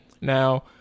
Now